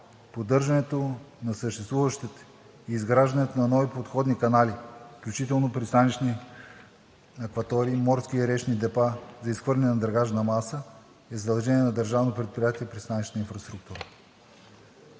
поддържането на съществуващите и изграждането на нови подходни канали, включително пристанищни акватории, морски и речни депа за изхвърляне на драгажна маса, е задължение на Държавно предприятие „Пристанищна инфраструктура“.